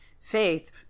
Faith